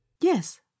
Yes